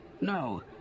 No